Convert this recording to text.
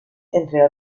entre